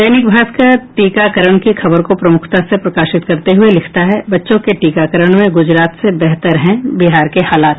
दैनिक भास्कर टीकाकरण की खबर को प्रमुखता से प्रकाशित करते हुये लिखता है बच्चों के टीकाकरण में गुजरात से बेहतर हैं बिहार के हालात